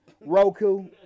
Roku